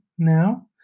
now